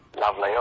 Lovely